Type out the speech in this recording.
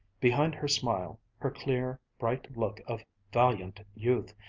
behind her smile, her clear, bright look of valiant youth,